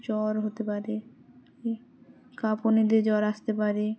জ্বর হতে পারে কাঁপুনি দিয়ে জ্বর আসতে পারে